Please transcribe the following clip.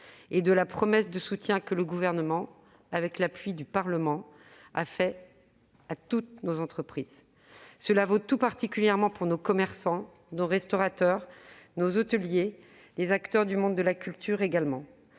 et de la promesse de soutien que le Gouvernement, avec l'appui du Parlement, a faite à toutes nos entreprises. Cela vaut tout particulièrement pour nos commerçants, nos restaurateurs, nos hôteliers et les acteurs du monde de la culture. Comme